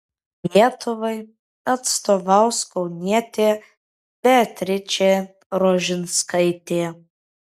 lietuvai atstovaus kaunietė beatričė rožinskaitė